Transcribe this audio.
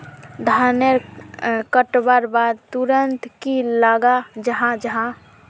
धानेर कटवार बाद तुरंत की लगा जाहा जाहा?